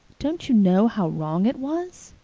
don't you know how wrong it was?